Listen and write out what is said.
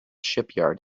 shipyard